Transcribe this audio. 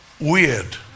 weird